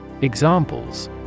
Examples